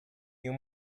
you